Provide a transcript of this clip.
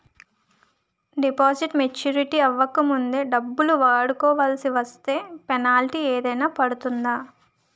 Deposit maturity అవ్వక ముందే డబ్బులు వాడుకొవాల్సి వస్తే పెనాల్టీ ఏదైనా పడుతుందా?